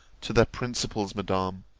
to their principles, madam